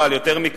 אבל, יותר מכך,